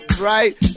right